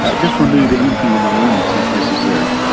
ah just remove anything in the room that's not necessary,